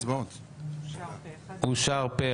הצבעה אושר.